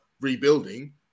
rebuilding